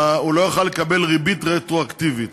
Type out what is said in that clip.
הוא לא יוכל לקבל ריבית רטרואקטיבית